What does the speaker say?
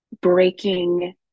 breaking